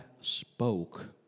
spoke